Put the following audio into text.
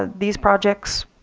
ah these projects,